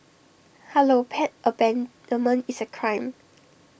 hello pet abandonment is A crime